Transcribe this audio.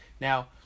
Now